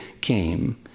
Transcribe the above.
came